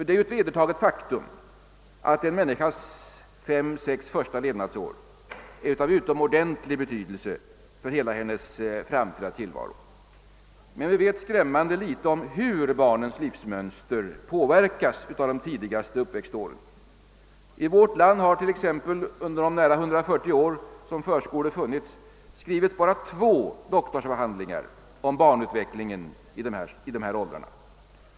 Det är ett vedertaget faktum att en människas fem, sex första levnadsår är av utomordentlig betydelse för hela hennes framtida tillvaro. Men vi vet skrämmande litet om hur barnens livsmönster påverkas av de tidigaste uppväxtåren. I vårt land har under de nära 140 år som förskolor funnits t.ex. skrivits bara två doktorsavhandlingar om barnutvecklingen i de här åldrarna.